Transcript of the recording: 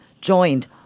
joined